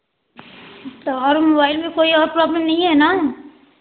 तो और मोबाइल में कोई और प्रोब्लम नहीं है ना